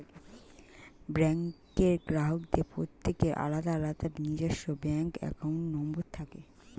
ব্যাঙ্কের গ্রাহকদের প্রত্যেকের আলাদা আলাদা নিজস্ব ব্যাঙ্ক অ্যাকাউন্ট নম্বর থাকে